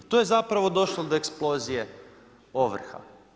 Tu je zapravo došlo do eksplozije ovrha.